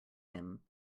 him